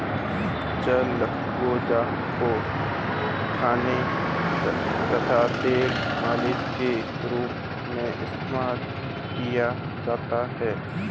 चिलगोजा को खाने तथा तेल मालिश के रूप में इस्तेमाल किया जाता है